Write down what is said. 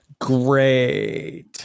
great